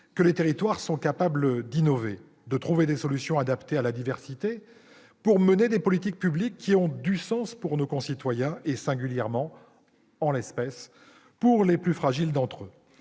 que les territoires sont capables d'innover, de trouver des solutions adaptées à la diversité pour mener des politiques publiques ayant du sens pour nos concitoyens, singulièrement, en l'espèce, pour les plus fragiles d'entre eux.